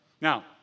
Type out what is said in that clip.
Now